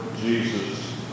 Jesus